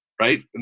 right